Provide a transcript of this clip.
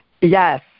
Yes